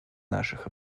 наших